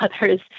others